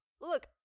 look